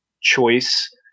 choice